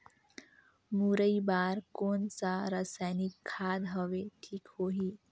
मुरई बार कोन सा रसायनिक खाद हवे ठीक होही?